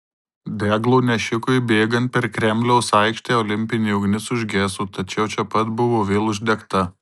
deglo nešikui bėgant per kremliaus aikštę olimpinė ugnis užgeso tačiau čia pat buvo vėl uždegta